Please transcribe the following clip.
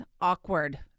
awkward